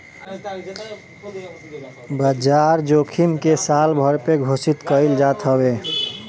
बाजार जोखिम के सालभर पे घोषित कईल जात हवे